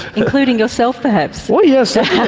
including yourself, perhaps? oh, yes,